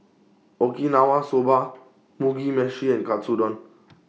Okinawa Soba Mugi Meshi and Katsudon